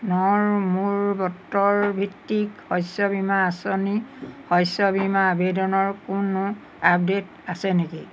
মই মোৰ বতৰ ভিত্তিক শস্য বীমা আঁচনি শস্য বীমা আবেদনৰ কোনো আপডে'ট আছে নেকি